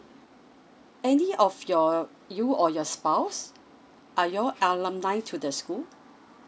any of your you or your spouse are you all alumni to the school